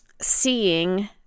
seeing